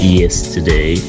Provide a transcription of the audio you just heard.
yesterday